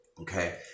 Okay